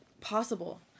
possible